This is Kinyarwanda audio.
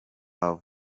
aha